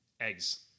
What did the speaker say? Eggs